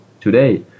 today